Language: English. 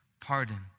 pardon